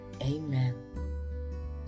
Amen